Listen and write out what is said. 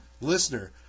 listener